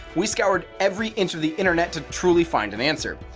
we scoured every inch of the internet to truly find an answer.